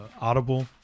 Audible